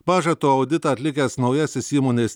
maža to auditą atlikęs naujasis įmonės